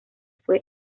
fue